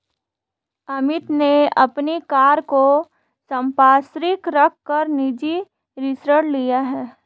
अमित ने अपनी कार को संपार्श्विक रख कर निजी ऋण लिया है